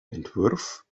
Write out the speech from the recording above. entwurf